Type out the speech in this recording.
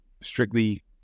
strictly